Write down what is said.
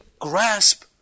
grasp